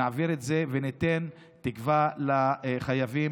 נעביר את זה וניתן תקווה לחייבים,